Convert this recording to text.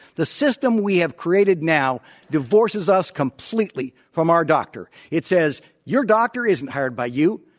the system we have created now divorces us completely from our doctor. it says your doctor isn't hired by you,